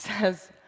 says